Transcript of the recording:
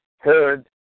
heard